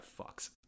fucks